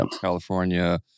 California